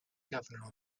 governor